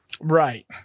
Right